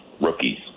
rookies